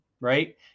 right